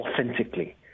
authentically